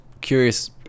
curious